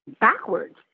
backwards